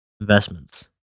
investments